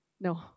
No